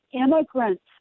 immigrants